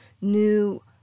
new